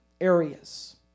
areas